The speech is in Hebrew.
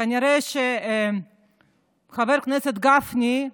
כנראה שחבר כנסת גפני,